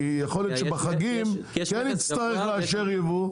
כי יכול להיות שבחגים כן נצטרך לאשר יבוא.